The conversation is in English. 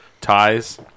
ties